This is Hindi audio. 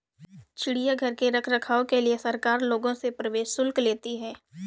चिड़ियाघर के रख रखाव के लिए सरकार लोगों से प्रवेश शुल्क लेती है